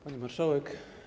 Pani Marszałek!